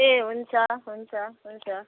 ए हुन्छ हुन्छ हुन्छ